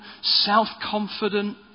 self-confident